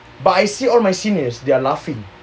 but I see all my seniors they're laughing